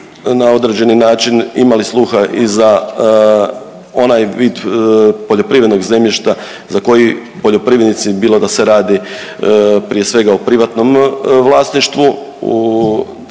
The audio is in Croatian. na određeni način imali sluha i za onaj vid poljoprivrednog zemljišta za koji poljoprivrednici bilo da se radi prije svega o privatnom vlasništvu